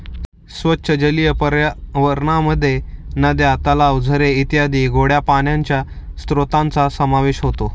स्वच्छ जलीय पर्यावरणामध्ये नद्या, तलाव, झरे इत्यादी गोड्या पाण्याच्या स्त्रोतांचा समावेश होतो